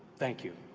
thank you.